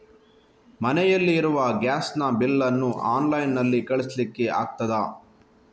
ಮನೆಯಲ್ಲಿ ಇರುವ ಗ್ಯಾಸ್ ನ ಬಿಲ್ ನ್ನು ಆನ್ಲೈನ್ ನಲ್ಲಿ ಕಳಿಸ್ಲಿಕ್ಕೆ ಆಗ್ತದಾ?